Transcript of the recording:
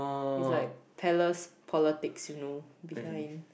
is like Thales politics you know behind